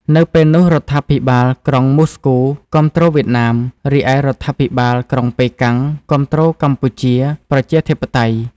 នៅពេលនោះរដ្ឋាភិបាលក្រុងមូស្គូគាំទ្រវៀតណាម រីឯរដ្ឋាភិបាលក្រុងប៉េកាំងគាំទ្រកម្ពុជាប្រជាធិបតេយ្យ។